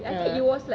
ah